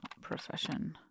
profession